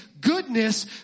Goodness